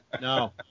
no